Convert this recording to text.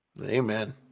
Amen